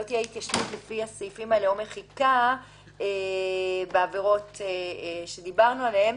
לא תהיה התיישנות לפי הסעיפים האלה או מחיקה בעבירות שדיברנו עליהן.